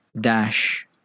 Dash